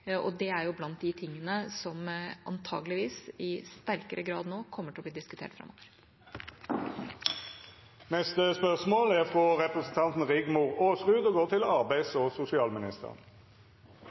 Det er blant de tingene som antakeligvis i sterkere grad kommer til å bli diskutert framover.